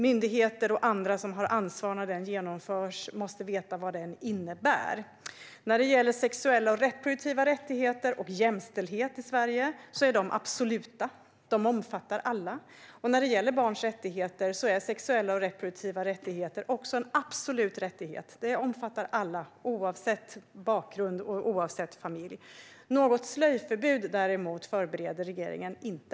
Myndigheter och andra som har ansvar när den genomförs måste veta vad den innebär. När det gäller sexuella och reproduktiva rättigheter och jämställdhet i Sverige är detta absoluta rättigheter. De omfattar alla. Barns sexuella och reproduktiva rättigheter är också absoluta rättigheter. De omfattar alla oavsett bakgrund och familj. Något slöjförbud, däremot, förbereder regeringen inte.